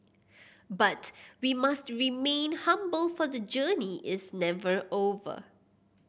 but we must remain humble for the journey is never over